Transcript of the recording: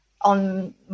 on